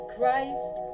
Christ